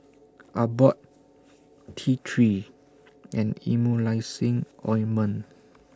Abbott T three and Emulsying Ointment